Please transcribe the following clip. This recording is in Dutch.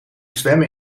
zwemmen